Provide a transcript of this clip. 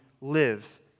live